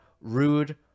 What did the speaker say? Rude